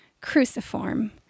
cruciform